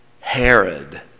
Herod